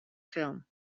film